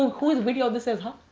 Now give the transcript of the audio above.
whose video this is, huh?